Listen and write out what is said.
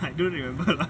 I don't remember lah